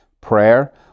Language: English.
Prayer